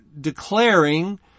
declaring